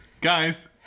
Guys